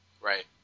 Right